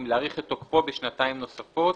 אם להאריך את תוקפו בשנתיים נוספות